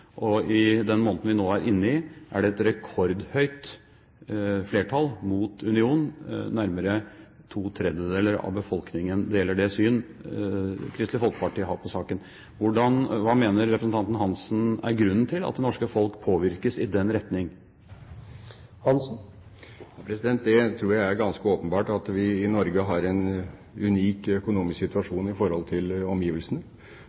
I denne måneden vi er inne i, er det et rekordhøyt flertall mot unionen, nærmere to tredjedeler av befolkningen deler det syn Kristelig Folkeparti har i saken. Hva mener representanten Hansen er grunnen til at det norske folk påvirkes i den retning? Det tror jeg er ganske åpenbart. I Norge er vi i en unik økonomisk situasjon i forhold til omgivelsene.